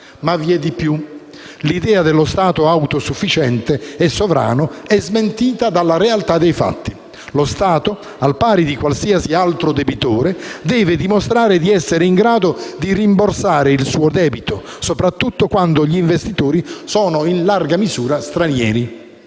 Ma vi è di più. L'idea dello Stato autosufficiente e sovrano è smentita dalla realtà dei fatti. Lo Stato, al pari di qualsiasi altro debitore, deve dimostrare di essere in grado di rimborsare il suo debito, soprattutto quando gli investitori sono in larga misura stranieri.